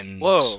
Whoa